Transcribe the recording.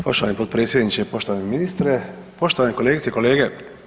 Poštovani potpredsjedniče, poštovani ministre, poštovane kolegice i kolege.